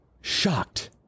shocked